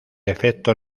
efecto